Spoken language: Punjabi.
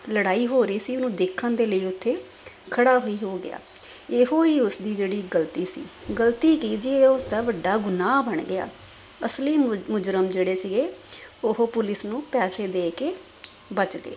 ਲੜਾਈ ਹੋ ਰਹੀ ਸੀ ਹੁਣ ਦੇਖਣ ਦੇ ਲਈ ਉੱਥੇ ਖੜ੍ਹਾ ਵੀ ਹੋ ਗਿਆ ਇਹੋ ਹੀ ਉਸ ਦੀ ਜਿਹੜੀ ਗਲਤੀ ਸੀ ਗਲਤੀ ਕੀ ਜੀ ਇਹ ਉਸ ਦਾ ਵੱਡਾ ਗੁਨਾਹ ਬਣ ਗਿਆ ਅਸਲੀ ਮੁਜ ਮੁਜ਼ਰਮ ਜਿਹੜੇ ਸੀਗੇ ਉਹ ਪੁਲਿਸ ਨੂੰ ਪੈਸੇ ਦੇ ਕੇ ਬਚ ਗਏ